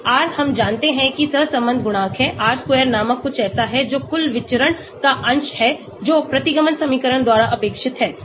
R हम जानते हैं कि सहसंबंध गुणांक है R square नामक कुछ ऐसा है जो कुल विचरण का अंश है जो प्रतिगमन समीकरण द्वारा अपेक्षित है